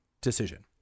decision